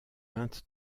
vingt